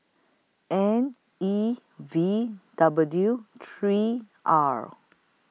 N E V W three R